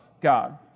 God